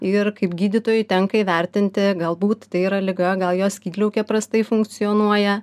ir kaip gydytojui tenka įvertinti galbūt tai yra liga gal jos skydliaukė prastai funkcionuoja